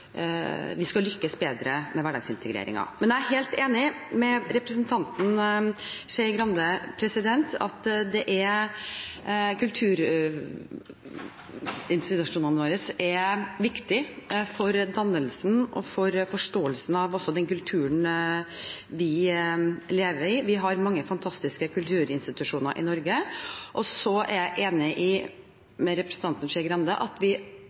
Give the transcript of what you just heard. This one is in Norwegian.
vi skal lykkes bedre med hverdagsintegreringen. Men jeg er helt enig med representanten Skei Grande i at kulturinstitusjonene våre er viktige for dannelsen og også for forståelsen av den kulturen vi lever i – vi har mange fantastiske kulturinstitusjoner i Norge. Så er jeg enig med representanten Skei Grande i at vi